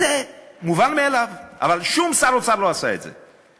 זה מובן מאליו, אבל שום שר אוצר לא עשה את זה.